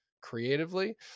creatively